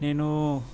నేను